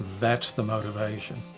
that's the motivation.